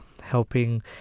helping